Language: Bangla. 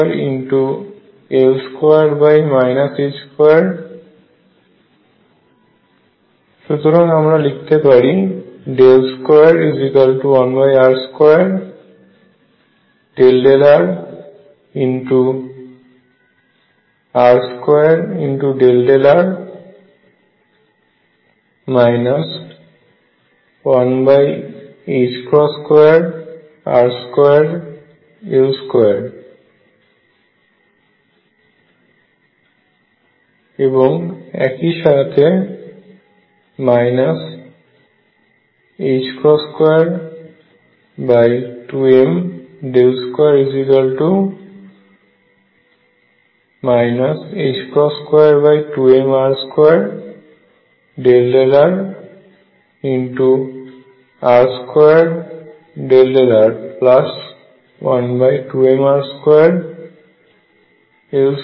সুতরাং আমরা লিখতে পারি 21r2∂rr2∂r 12r2L2 এবং একইসাথে 22m2 22mr2∂rr2∂r12mr2L2